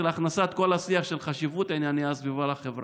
של הכנסת כל השיח של חשיבות ענייני הסביבה לחברה.